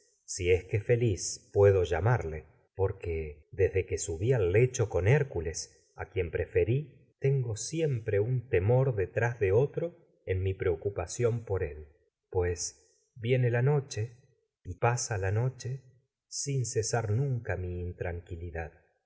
feliz subi que feliz llamarlo a porque desde lecho con hércules quien preferí tengo siem pre un pues temor detrás de otro en mi preocupación por él viene la noche y pasa la noche sin cesar nunca ve miintranquilidad